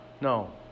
No